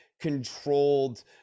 controlled